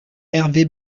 hervé